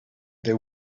they